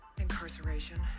Incarceration